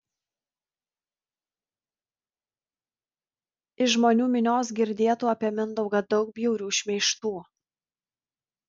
iš žmonių minios girdėtų apie mindaugą daug bjaurių šmeižtų